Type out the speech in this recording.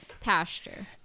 pasture